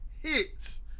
hits